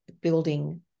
building